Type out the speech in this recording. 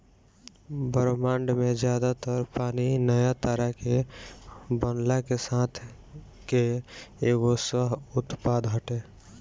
ब्रह्माण्ड में ज्यादा तर पानी नया तारा के बनला के साथ के एगो सह उत्पाद हटे